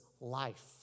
life